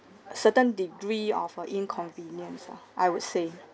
certain degree of uh inconvenience lah I would say